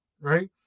right